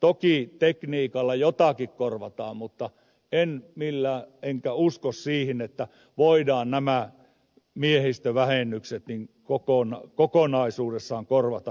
toki tekniikalla jotakin korvataan mutta en usko siihen että sillä voidaan nämä miehistövähennykset kokonaisuudessaan korvata